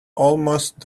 almost